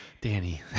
Danny